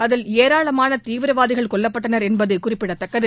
அதில் ஏராளமான தீவிரவாதிகள் கொல்லப்பட்டனர் என்பது குறிப்பிடத்தக்கது